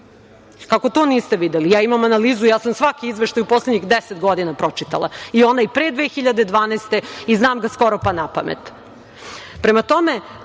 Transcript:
Kako to niste videli? Ja imam analizu, ja sam svaki izveštaj u poslednjih deset godina pročitala, i onaj pre 2012. godine, znam ga skoro pa napamet. Ima